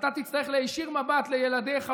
ואתה תצטרך להישיר מבט לילדיך,